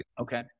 Okay